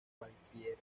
cualquier